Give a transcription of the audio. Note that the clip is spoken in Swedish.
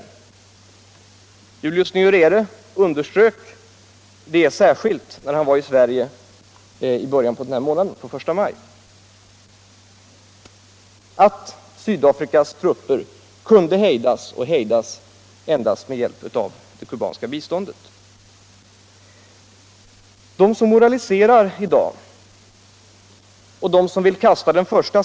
Tanzanias president Julius Nyerere underströk detta särskilt när han. var i Sverige i början av den här månaden — första maj. Sydafrikas trupper kunde hejdas endast med hjälp av det kubanska biståndet. Jag vill fråga dem som moraliserar i dag och dem som vill kasta den första.